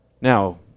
Now